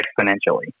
exponentially